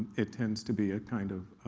it tends to be ah kind of